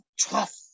tough